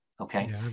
okay